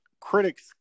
Critics